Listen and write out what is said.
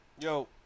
Yo